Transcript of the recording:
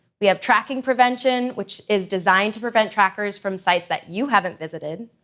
we have tracking prevention, which is designed to prevent trackers from sites that you haven't visited,